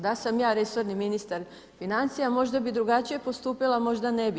Da sam ja resorni ministar financija, možda bi drugačije postupila, možda ne bi.